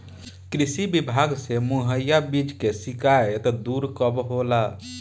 कृषि विभाग से मुहैया बीज के शिकायत दुर कब होला?